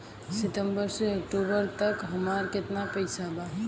सितंबर से अक्टूबर तक हमार कितना पैसा बा?